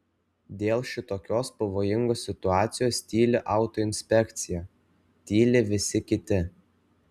dėl šitokios pavojingos situacijos tyli autoinspekcija tyli visi kiti